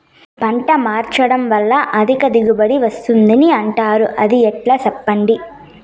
పంట మార్చడం వల్ల అధిక దిగుబడి వస్తుందని అంటారు అది ఎట్లా సెప్పండి